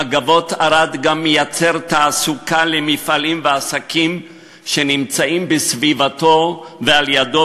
"מגבות ערד" גם מייצר תעסוקה למפעלים ועסקים שנמצאים בסביבתו ועל-ידו,